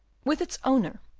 with its owner.